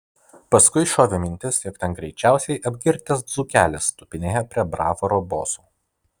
paskui šovė mintis jog ten greičiausiai apgirtęs dzūkelis tupinėja prie bravoro boso